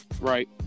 Right